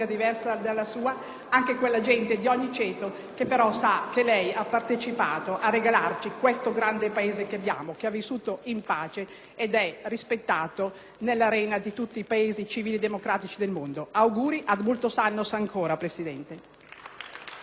anche a quella gente di ogni ceto che sa che lei ha partecipato a regalarci questo grande Paese, che ha vissuto in pace ed è rispettato nell'arena di tutti i Paesi civili e democratici del mondo. Auguri, *ad multos annos* ancora, Presidente.